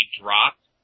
dropped